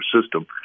system